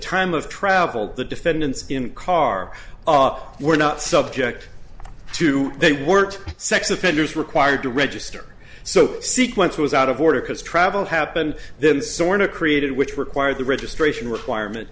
travel the defendants in car were not subject to they weren't sex offenders required to register so sequence was out of order because travel happened then sorta created which required the registration requirement